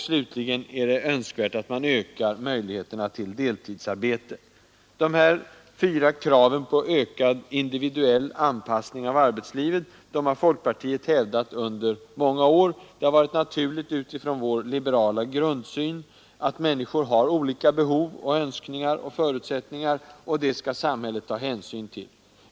Slutligen är det önskvärt att man ökar möjligheterna till deltidsarbete. Dessa fyra krav på ökad individuell anpassning av arbetslivet har folkpartiet hävdat under många år. Utifrån vår liberala grundsyn har det varit naturligt att människor har olika behov, önskningar och förutsättningar och att samhället skall ta hänsyn till det.